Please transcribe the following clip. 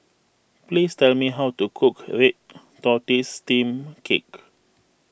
please tell me how to cook Red Tortoise Steamed Cake